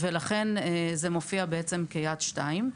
ולכן זה מופיע בעצם כ"יד שנייה".